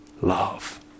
love